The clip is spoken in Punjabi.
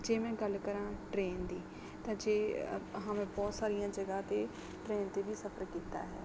ਜੇ ਮੈਂ ਗੱਲ ਕਰਾਂ ਟ੍ਰੇਨ ਦੀ ਤਾਂ ਜੇ ਹਾਂ ਮੈਂ ਬਹੁਤ ਸਾਰੀਆਂ ਜਗ੍ਹਾ 'ਤੇ ਟ੍ਰੇਨ 'ਤੇ ਵੀ ਸਫ਼ਰ ਕੀਤਾ ਹੈ